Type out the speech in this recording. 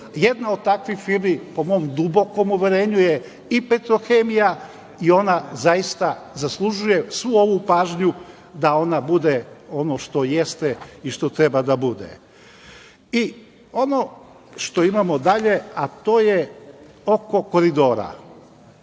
Jedna od takvih firmi, po mom dubokom uverenju, je i „Petrohemija“ i ona zaista zaslužuje svu ovu pažnju da ona bude ono što jeste i što treba da bude. Ono što imamo dalje, a to je oko koridora.